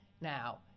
Now